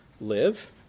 live